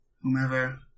whomever